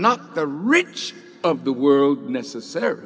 not the rich of the world necessar